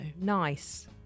Nice